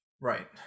right